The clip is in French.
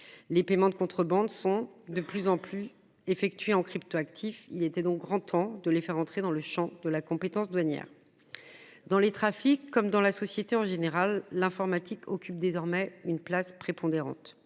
Les paiements de contrebande sont de plus en plus effectuer en cryptoactifs il était donc grand temps de les faire entrer dans le Champ de la compétence douanières. Dans les trafics comme dans la société en général l'informatique occupe désormais une place prépondérante.